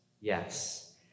Yes